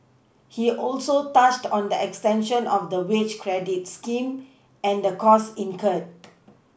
he also touched on the extension of the wage credit scheme and the costs incurred